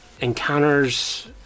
Encounters